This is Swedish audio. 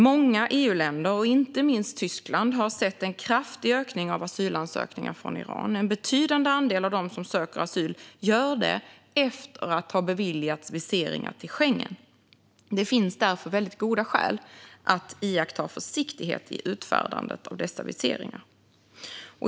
Många EU-länder, inte minst Tyskland, har sett en kraftig ökning av asylansökningar från Iran. En betydande andel av dem som söker asyl gör det efter att ha beviljats viseringar till Schengen. Det finns därför väldigt goda skäl att iaktta försiktighet i utfärdandet av dessa viseringar.